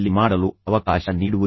ಮಾಡಲು ಅವಕಾಶ ನೀಡುವುದಿಲ್ಲ